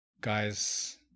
guys